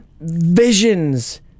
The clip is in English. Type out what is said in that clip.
visions